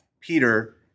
Peter